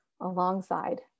alongside